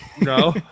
No